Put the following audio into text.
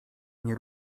nie